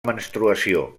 menstruació